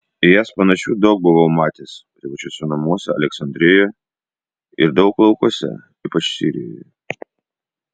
į jas panašių daug buvau matęs privačiuose namuose aleksandrijoje ir daug laukuose ypač sirijoje